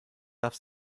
darf